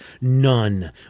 None